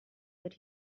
that